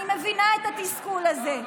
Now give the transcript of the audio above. אני מבינה את התסכול הזה,